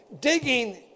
Digging